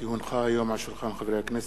כי הונחו היום על שולחן הכנסת,